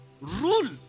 Rule